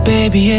Baby